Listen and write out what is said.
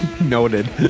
Noted